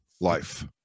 life